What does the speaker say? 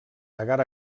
agar